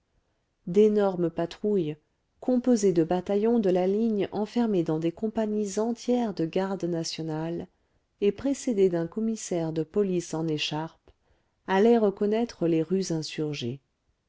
d'énormes patrouilles composées de bataillons de la ligne enfermés dans des compagnies entières de garde nationale et précédées d'un commissaire de police en écharpe allaient reconnaître les rues insurgées